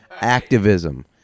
Activism